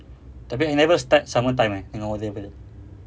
tapi N level start sama time eh dengan O level